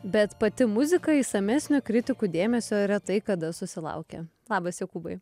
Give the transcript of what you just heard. bet pati muzika išsamesnio kritikų dėmesio retai kada susilaukia labas jokūbai